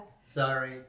sorry